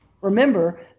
Remember